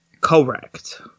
Correct